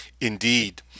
Indeed